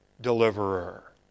Deliverer